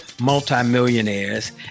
multimillionaires